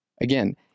Again